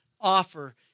offer